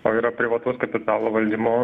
o yra privataus kapitalo valdymo